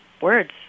words